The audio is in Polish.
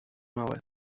małe